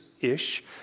ish